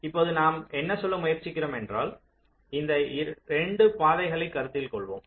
இப்போது நாம் என்ன சொல்ல முயற்சிக்கிறோம் என்றால் இந்த 2 பாதைகளை கருத்தில் கொள்வோம்